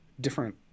different